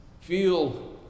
feel